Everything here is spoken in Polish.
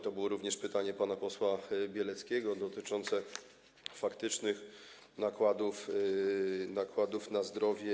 To było również pytanie pana posła Bieleckiego dotyczące faktycznych nakładów na zdrowie.